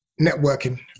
Networking